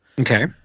Okay